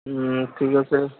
ঠিক আছে